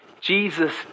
Jesus